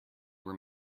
were